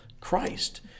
Christ